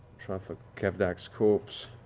try for kevdak's corpse